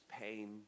pain